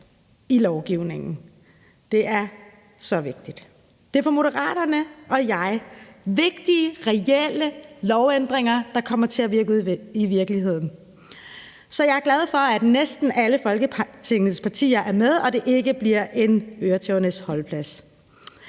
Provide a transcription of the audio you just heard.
i lovgivningen. Det er så vigtigt. Det er for Moderaterne og mig vigtige, reelle lovændringer, der kommer til at virke ude i virkeligheden. Så jeg er glad for, at næsten alle Folketingets partier er med, og at det ikke bliver en øretævernes holdeplads.